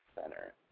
center